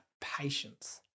patience